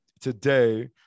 today